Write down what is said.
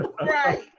right